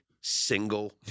single